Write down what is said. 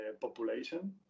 population